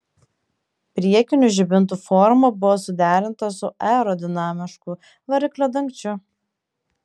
priekinių žibintų forma buvo suderinta su aerodinamišku variklio dangčiu